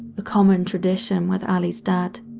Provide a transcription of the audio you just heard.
a common tradition with allie's dad.